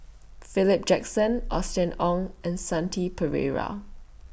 Philip Jackson Austen Ong and Shanti Pereira